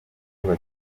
bajya